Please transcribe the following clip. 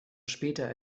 später